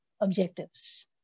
objectives